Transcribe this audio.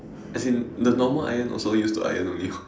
as in the normal iron also used to iron only [what]